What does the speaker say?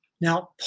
Now